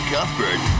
Cuthbert